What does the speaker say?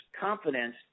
confidence